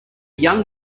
young